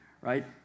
right